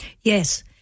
Yes